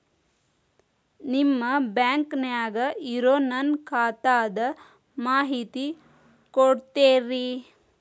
ನಿಮ್ಮ ಬ್ಯಾಂಕನ್ಯಾಗ ಇರೊ ನನ್ನ ಖಾತಾದ ಮಾಹಿತಿ ಕೊಡ್ತೇರಿ?